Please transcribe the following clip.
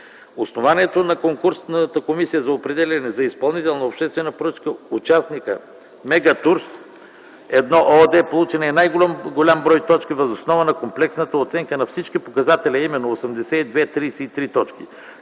Основанието на конкурсната комисия за определяне за изпълнител на обществена поръчка „Мегатурс-1” ООД е, че е получил най-голям брой точки въз основа на комплексната оценка на всички показатели, а именно 82,33 точки.